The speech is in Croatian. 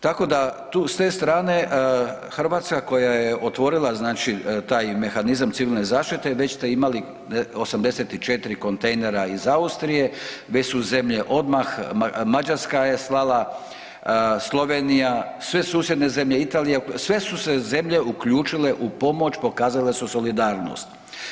Tako da s te strane Hrvatska koja je otvorila znači taj mehanizam civilne zaštite već ste imali 84 kontejnera iz Austrije, već su zemlje odmah Mađarska je slala, Slovenija, sve susjedne zemlje Italija, sve su se zemlje uključile u pomoć, pokazale su solidarnost.